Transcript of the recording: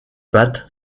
pattes